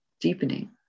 deepening